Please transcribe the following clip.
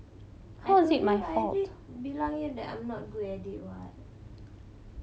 I told you I already bilang you that I'm not good at it [what]